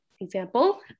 example